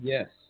Yes